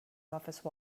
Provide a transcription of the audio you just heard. office